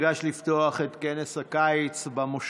הצעת חוק שירות הקבע בצבא הגנה לישראל (גמלאות)